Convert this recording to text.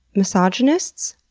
misogynists?